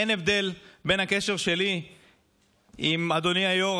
אין הבדל בין הקשר שלי עם אדוני היו"ר,